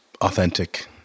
authentic